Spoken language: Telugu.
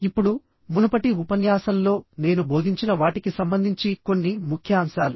ఇప్పుడు మునుపటి ఉపన్యాసంలో నేను బోధించిన వాటికి సంబంధించి కొన్ని ముఖ్యాంశాలు